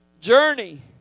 journey